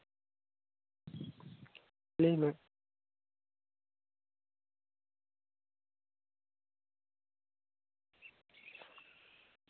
ᱞᱟᱹᱭ ᱢᱮ